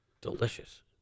Delicious